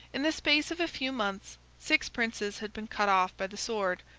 in the space of a few months, six princes had been cut off by the sword.